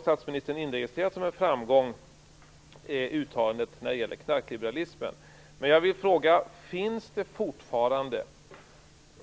Statsministern har som en framgång inregistrerat uttalandet när det gäller knarkliberalismen. Men jag vill fråga: Finns det fortfarande